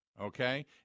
okay